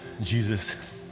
Jesus